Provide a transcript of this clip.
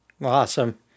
awesome